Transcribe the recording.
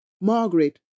Margaret